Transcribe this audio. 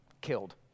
killed